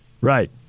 Right